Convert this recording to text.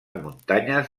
muntanyes